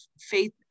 faith